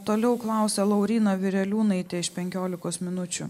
toliau klausia lauryna vireliūnaitė iš penkiolikos minučių